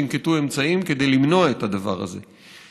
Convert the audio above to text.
תנקטו אמצעים כדי למנוע את הדבר הזה.